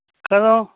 ਕਦੋਂ